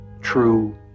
true